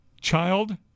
child